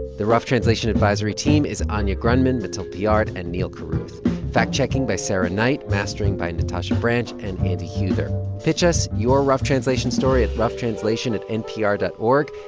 the rough translation advisory team is anya grundmann, mathilde piard and neal carruth fact-checking by sarah knight, mastering by natasha branch and andy huether pitch us your rough translation story at roughtranslation at npr dot o